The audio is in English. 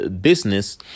business